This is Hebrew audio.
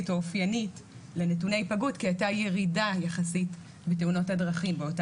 או אופיינית לנתוני היפגעות כי הייתה ירידה יחסית בתאונות הדרכים.